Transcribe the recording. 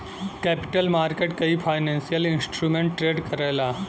capital market कई financial instrument trade करला